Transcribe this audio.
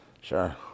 Sure